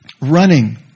Running